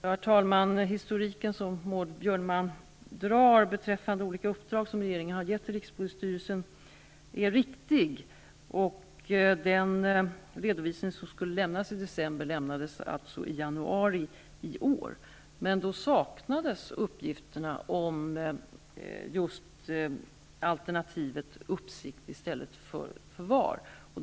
Herr talman! Historiken som Maud Björnemalm drar beträffande olika uppdrag som regeringen har gett till rikspolisstyrelsen är riktig. Den redovisning som skulle lämnas i december lämnades alltså i januari i år. Men då saknades uppgifterna om just alternativet uppsikt i stället för förvar.